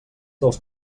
dels